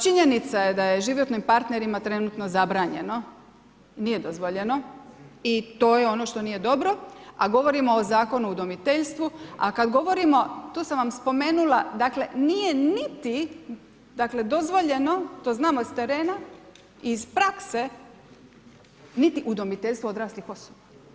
Činjenica je da je životnim partnerima trenutno zabranjeno, nije dozvoljeno i to je ono što nije dobro, a govorimo o Zakonu o udomiteljstvu, a kad govorimo, tu sam vam spomenula, dakle nije niti dozvoljeno, to znamo s terena, iz prakse, niti udomiteljstvo odraslih osoba.